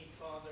Father